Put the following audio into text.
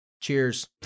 Cheers